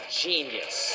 genius